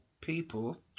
people